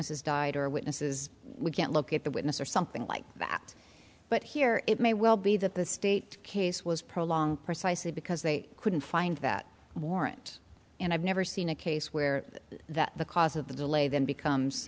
witnesses died or witnesses we can't look at the witness or something like that but here it may well be that the state case was prolonged precisely because they couldn't find that warrant and i've never seen a case where that the cause of the delay then becomes